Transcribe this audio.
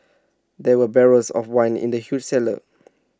there were barrels of wine in the huge cellar